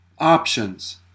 Options